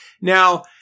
Now